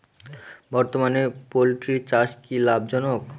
বর্তমানে পোলট্রি চাষ কি লাভজনক?